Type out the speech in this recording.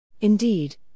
Indeed